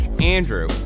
Andrew